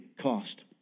cost